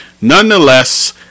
nonetheless